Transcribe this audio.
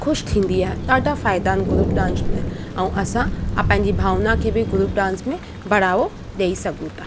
ख़ुशि थींदी आहे डाढा फ़ाइदा आहिनि ग्रूप डांस में ऐं असां पंहिंजी भावना खे बि ग्रूप डांस में बढ़ावो ॾेई सघूं था